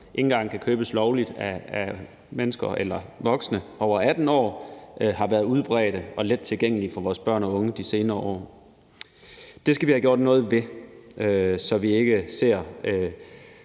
jo ikke engang kan købes lovligt af voksne over 18 år, har været udbredt og let tilgængelige for vores børn unge de senere år. Det skal vi have gjort noget ved, så vi ikke ser